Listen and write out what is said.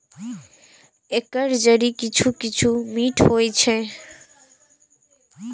एकर जड़ि किछु किछु मीठ होइ छै